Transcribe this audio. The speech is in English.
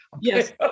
Yes